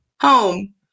Home